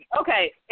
Okay